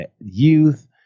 youth